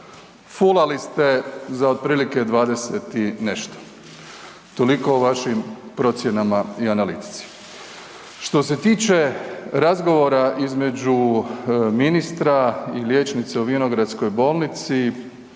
fulali ste za otprilike 20 i nešto. Toliko o vašim procjenama i analitici. Što se tiče razgovora između ministra i liječnice u Vinogradskoj bolnici,